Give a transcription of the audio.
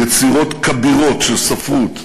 יצירות כבירות של ספרות,